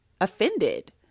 offended